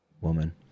woman